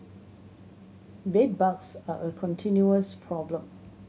bedbugs are a continuous problem